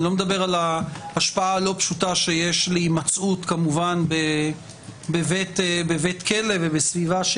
אני לא מדבר על ההשפעה הלא פשוטה שיש להימצאות כמובן בבית כלא ובסביבה,